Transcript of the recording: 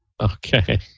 okay